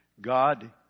God